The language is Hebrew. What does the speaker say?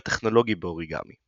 המדעי והטכנולוגי באוריגמי.